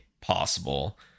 possible